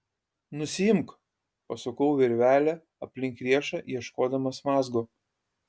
nusiimk pasukau virvelę aplink riešą ieškodamas mazgo